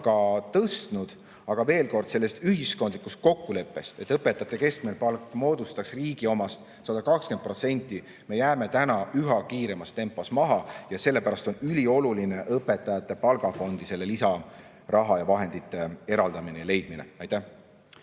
tõstnud, aga veel kord, sellest ühiskondlikust kokkuleppest, et õpetajate keskmine palk moodustaks riigi omast 120%, me jääme täna üha kiiremas tempos maha. Sellepärast on ülioluline õpetajate palgafondi selle lisaraha ja -vahendite eraldamine ja leidmine. Aitäh!